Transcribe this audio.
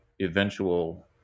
eventual